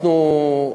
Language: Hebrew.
אנחנו,